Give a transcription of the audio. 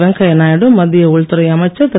வெங்கையாநாயுடு மத்திய உள்துறை அமைச்சர் திரு